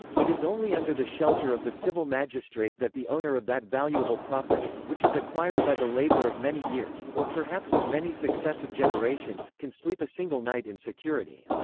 it is only under the shelter of the civil magistrate that the owner of that valuable property, which is acquired by the labour of many years, or perhaps of many successive generations, can sleep a single night in security.